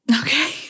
Okay